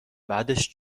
بعدش